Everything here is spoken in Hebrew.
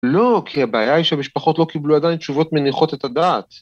‫לא, כי הבעיה היא שהמשפחות ‫לא קיבלו עדיין תשובות מניחות את הדעת.